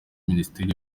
minisiteri